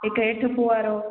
हिकु हेठि फुआरो